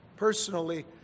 Personally